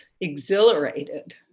exhilarated